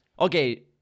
Okay